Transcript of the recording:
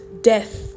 death